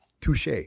touche